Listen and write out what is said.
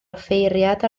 offeiriad